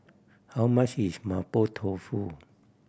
how much is Mapo Tofu